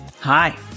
Hi